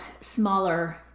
smaller